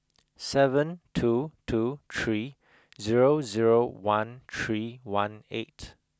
seven two two three zero zero one three one eight